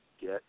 get